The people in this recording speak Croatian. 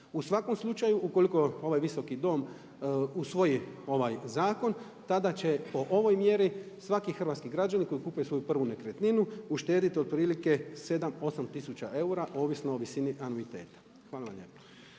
U svakom slučaju ukoliko ovaj Visoki dom usvoji ovaj zakon tada će po ovoj mjeri svaki hrvatski građanin koji kupuje svoju prvu nekretninu uštediti otprilike 7, 8 tisuća eura ovisno o visini anuiteta. Hvala vam lijepa.